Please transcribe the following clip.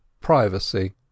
privacy